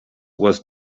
was